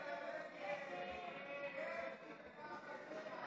ההצעה להעביר לוועדה את הצעת חוק לתיקון